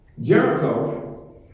Jericho